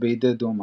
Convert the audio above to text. בידי דומה.